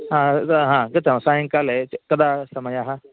गतं सायङ्काले कदा समयः